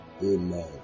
amen